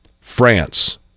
France